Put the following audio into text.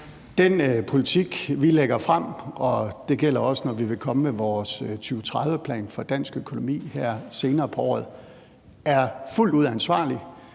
Den politik, vi lægger frem, og det gælder også, når vi vil komme med vores 2030-plan for dansk økonomi her senere på året, er fuldt ud ansvarlig.